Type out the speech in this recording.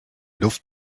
luft